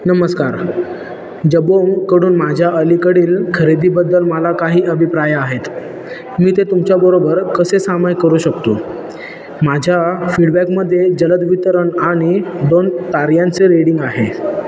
नमस्कार जबोंगकडून माझ्या अलीकडील खरेदीबद्दल मला काही अभिप्राय आहेत मी ते तुमच्याबरोबर कसे सामायिक करू शकतो माझ्या फीडबॅकमध्ये जलद वितरण आणि दोन ताऱ्यांचे रेडिंग आहे